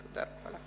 תודה.